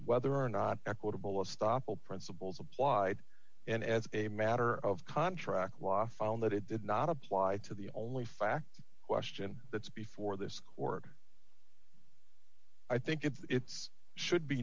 whether or not equitable of stoppel principles applied and as a matter of contract law found that it did not apply to the only facts question that's before this court i think it's should be